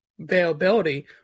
availability